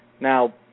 Now